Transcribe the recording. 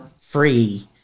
free